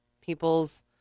people's